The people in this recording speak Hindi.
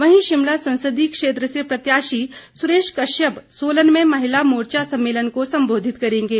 वहीं शिमला संसदीय क्षेत्र से प्रत्याशी सुरेश कश्यप सोलन में महिला मोर्चा सम्मेलन को संबोधित करेंगे